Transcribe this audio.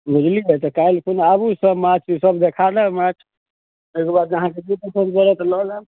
बुझली ने तऽ काल्हिखुन आबू सब माँछ सब देखा देब माँछ तैके बाद जे अहाँके जे पसन्द पड़त लए लेब